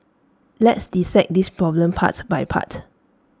let's dissect this problem parts by part